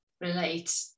relate